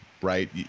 Right